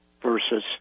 versus